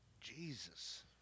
Jesus